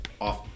off